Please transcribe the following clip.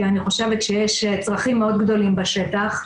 כי אני חושבת שיש צרכים מאוד גדולים בשטח.